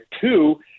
Two